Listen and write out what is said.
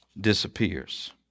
disappears